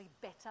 better